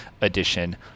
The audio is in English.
edition